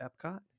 Epcot